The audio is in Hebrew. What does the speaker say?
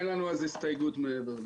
אין לנו אז הסתייגות מעבר לזה.